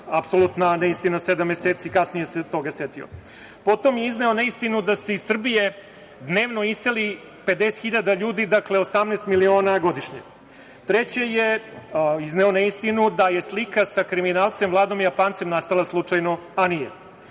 Apsolutan neistina, sedam meseci kasnije se toga setio. Potom je izneo neistinu da se iz Srbije dnevno iseli pedeset hiljada ljudi, dakle 18 miliona godišnje. Treće je izneo neistinu da je slika sa kriminalcem Vladom Japancem nastala slučajno, a nije.